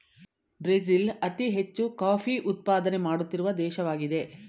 Brazil ಅತಿ ಹೆಚ್ಚು coffee ಉತ್ಪಾದನೆ ಮಾಡುತ್ತಿರುವ ದೇಶವಾಗಿದೆ